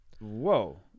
whoa